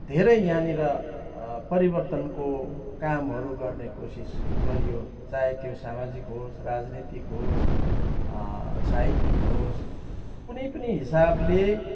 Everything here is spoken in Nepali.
धेरै यहाँनिर परिवर्तनको कामहरू गर्ने कोसिस गरियो चाहे त्यो सामाजिक होस् राजनितिक होस् साहित्यिक होस् कुनै पनि हिसाबले